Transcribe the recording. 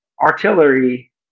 artillery